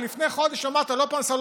ולפני חודש אמרת: לא פרנסה,